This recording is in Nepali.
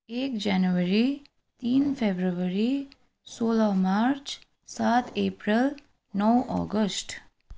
एक जेनवरी तिन फेब्रुअरी सोह्र मार्च सात अप्रेल नौ अगस्त